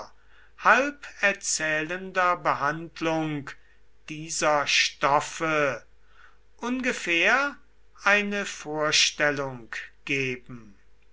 halb erzählender behandlung dieser stoffe ungefähr eine vorstellung geben